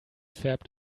färbt